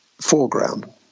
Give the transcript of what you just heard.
foreground